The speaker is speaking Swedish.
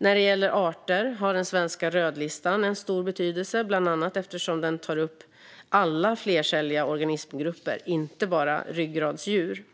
När det gäller arter har den svenska rödlistan en stor betydelse, bland annat eftersom den tar upp alla flercelliga organismgrupper och inte bara ryggradsdjur.